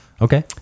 Okay